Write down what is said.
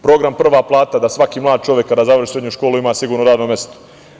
Program „Prva plata“ da svaki mlad čovek kada završi srednju školu ima sigurno radno mesto.